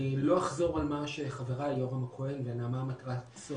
לא אחזור על מה שאמרו חבריי יורם הכהן ונעמה מטרסו,